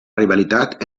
rivalitat